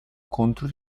contro